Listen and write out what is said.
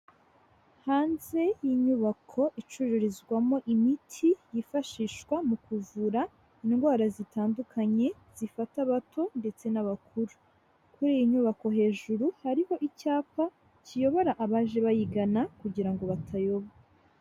Hanze y'inyubako icururizwamo imiti yifashishwa mu kuvura indwara zitandukanye zifata abato ndetse n'abakuru, kuri iyi nyubako hejuru hariho icyapa kiyobora abaje bayigana, kugira ngo batayoba.